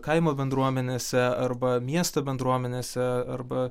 kaimo bendruomenėse arba miesto bendruomenėse arba